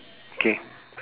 K